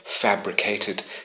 fabricated